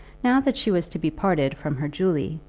now that she was to be parted from her julie,